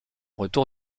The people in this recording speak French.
retour